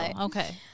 Okay